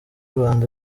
rwanda